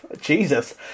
Jesus